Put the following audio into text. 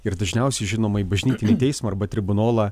ir dažniausiai žinoma į bažnytinį teismą arba tribunolą